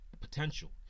potential